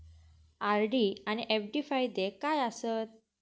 RD आनि FD फायदे काय आसात?